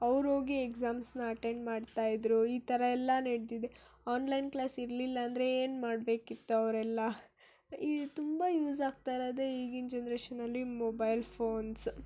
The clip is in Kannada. ಅವ್ರು ಹೋಗಿ ಎಕ್ಸಾಮ್ಸನ್ನ ಅಟೆಂಡ್ ಮಾಡ್ತಾ ಇದ್ದರು ಈ ಥರ ಎಲ್ಲ ನಡ್ದಿದೆ ಆನ್ಲೈನ್ ಕ್ಲಾಸ್ ಇರಲಿಲ್ಲ ಅಂದರೆ ಏನು ಮಾಡಬೇಕಿತ್ತು ಅವರೆಲ್ಲ ಈಗ ತುಂಬ ಯೂಸ್ ಆಗ್ತಾ ಇರೋದೇ ಈಗಿನ ಜನರೇಷನಲ್ಲಿ ಮೊಬೈಲ್ ಫೋನ್ಸ್